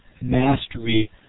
mastery